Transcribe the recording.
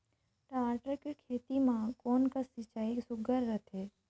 टमाटर कर खेती म कोन कस सिंचाई सुघ्घर रथे?